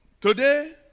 Today